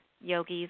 yogis